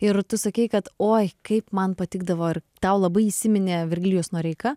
ir tu sakei kad oi kaip man patikdavo ar tau labai įsiminė virgilijus noreika